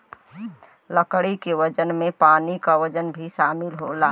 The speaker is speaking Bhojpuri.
लकड़ी के वजन में पानी क वजन भी शामिल होला